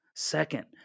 Second